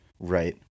Right